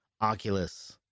Oculus